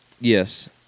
Yes